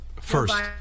First